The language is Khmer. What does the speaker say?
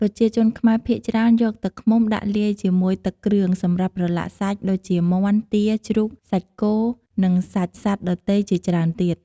ប្រជាជនខ្មែរភាគច្រើន យកទឹកឃ្មុំដាក់លាយជាមួយទឹកគ្រឿងសម្រាប់ប្រឡាក់សាច់ដូចជាមាន់ ទា ជ្រូក សាច់គោរនិងសាច់សត្វដទៃជាច្រើនទៀត។